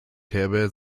herbert